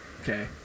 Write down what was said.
okay